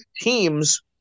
teams